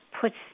puts